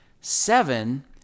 Seven